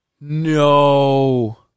No